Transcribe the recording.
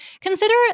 Consider